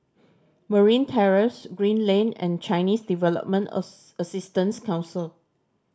Marine Terrace Green Lane and Chinese Development Assistance Council